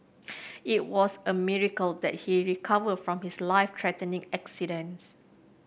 it was a miracle that he recovered from his life threatening accidents